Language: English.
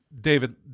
David